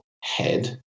head